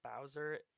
bowser